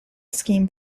scheme